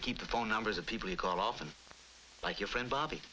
to keep the phone numbers of people who call often like your friend bobby